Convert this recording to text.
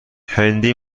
هندی